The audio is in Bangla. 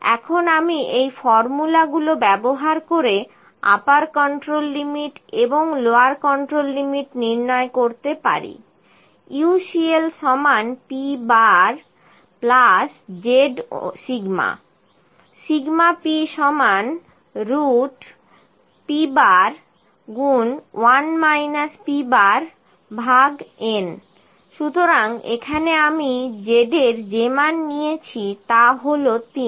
এখন আমি এই ফর্মুলা গুলো ব্যবহার করে আপার কন্ট্রোল লিমিট এবং লোয়ার কন্ট্রোল লিমিট নির্ণয় করতে পারি UCL pzσ p p n সুতরাং এখানে আমি z এর যে মান নিয়েছি তা হল 3